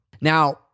Now